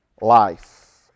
life